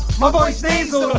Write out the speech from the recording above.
my voice nasal,